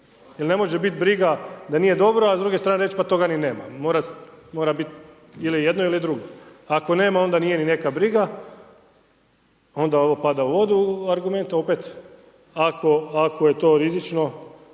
Jer ne može biti briga da nije dobro a s druge strane reći pa toga ni nema mora biti ili jedno ili drugo. Ako nema onda nije ni neka briga onda ovo pada u vodu argument a opet ako je to rizično